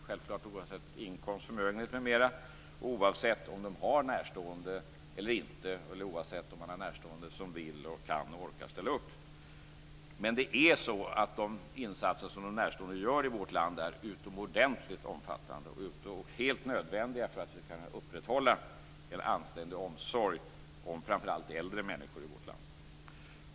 Självklart skall det vara så oavsett inkomst, förmögenhet, m.m., oavsett om de har närstående eller inte och oavsett om man har närstående som vill, kan och orkar ställa upp. Men de insatser som de närstående gör i vårt land är utomordentligt omfattande och helt nödvändiga för att vi skall kunna upprätthålla en anständig omsorg om framför allt äldre människor i vårt land.